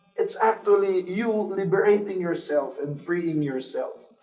it's actually you liberating yourself, and freeing yourself.